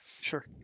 sure